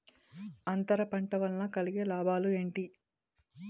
అంతర పంట వల్ల కలిగే లాభాలు ఏంటి